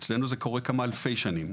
אצלנו זה קורה כמה אלפי שנים.